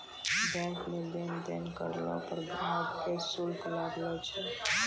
bank मे लेन देन करलो पर ग्राहक के शुल्क लागै छै